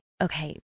okay